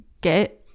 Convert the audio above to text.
get